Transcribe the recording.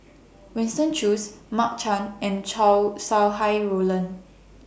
Winston Choos Mark Chan and Chow Sau Hai Roland